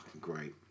great